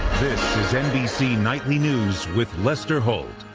this is nbc nightly news with lester holt.